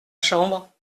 chambre